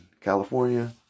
California